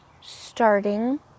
starting